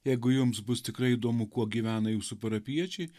jeigu jums bus tikrai įdomu kuo gyvena jūsų parapijiečiai